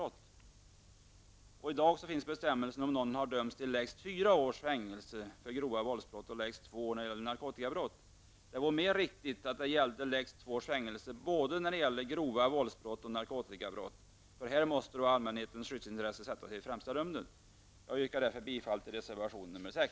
I dag gäller dessa bestämmelser för dem som har dömts till lägst fyra års fängelse för grovt våldsbrott och lägst två år när det är fråga om narkotikabrott. Det vore rimligare om gränsen två års fängelse gällde både för grova våldsbrott och för grova narkotikabrott. Här måste allmänhetens skyddsintressen sättas i främsta rummet. Jag yrkar därför bifall till reservation 6.